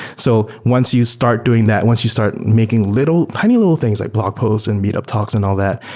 so once you start doing that, once you start making little, tiny little things, like blog post and meet up talks and all that,